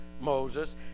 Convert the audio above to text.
Moses